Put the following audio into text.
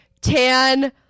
tan